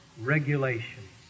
Regulations